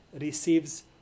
receives